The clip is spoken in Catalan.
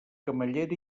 camallera